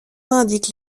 indique